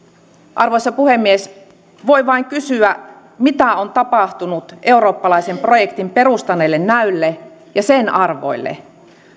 arvoisa puhemies voi vain kysyä mitä on tapahtunut eurooppalaisen projektin perustaneelle näylle ja sen arvoille